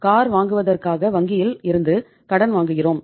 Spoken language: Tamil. கார் வாங்குவதற்காக வங்கியில் இருந்து கடன் வாங்குகிறோம்